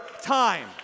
time